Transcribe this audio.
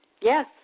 Yes